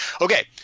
Okay